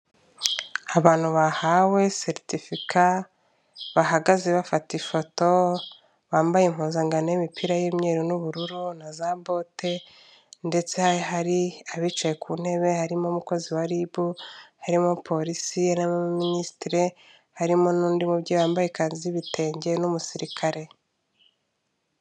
Abantu bahawe seritifica bahagaze bafata ifoto bambaye impuzangano y'imipira y'imyeru n'ubururu na za bote ndetse hari abicaye ku ntebe harimo umukozi wa ribu, harimo polisi n'abaminisitire harimo n'undi mubyeyi wambaye ikanzu y'ibitenge n'umusirikare.